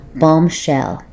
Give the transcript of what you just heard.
bombshell